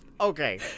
okay